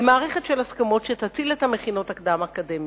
למערכת של הסכמות שתציל את המכינות הקדם-אקדמיות.